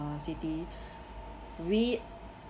city we